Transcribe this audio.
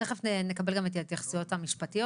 תכף נקבל גם את ההתייחסות המשפטיות,